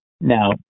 Now